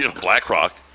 BlackRock